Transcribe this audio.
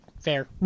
fair